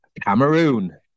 Cameroon